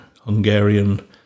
Hungarian